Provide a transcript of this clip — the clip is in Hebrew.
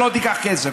שלא תיקח כסף,